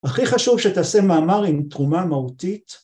‫הכי חשוב שתעשה מאמר עם תרומה מהותית.